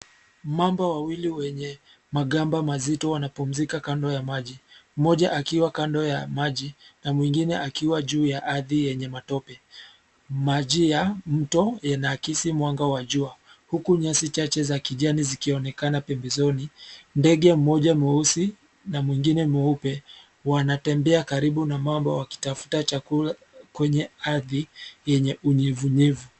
Mamba wawili wenye magamba mazito wanapumzika kando ya maji, mmoja akiwa kando ya maji, na mwingine akiwa juu ya ardhi yenye matope. Maji ya mto yanaakisi mwanga wa jua huku nyasi chache za kijani zikionekana pembezoni, ndege mmoja mweusi na mwingine mweupe wanatembea karibu na mamba wakitafuta chakula kwenye ardhi yenye unyevunyevu.